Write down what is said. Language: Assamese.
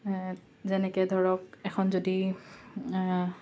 যেনেকে ধৰক এখন যদি